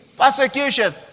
Persecution